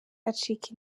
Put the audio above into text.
acika